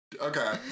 okay